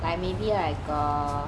like maybe like err